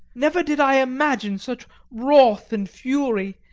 never did i imagine such wrath and fury,